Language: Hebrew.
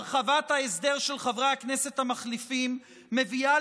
הרחבת ההסדר של חברי הכנסת המחליפים מביאה